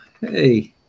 hey